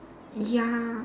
ya